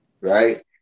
right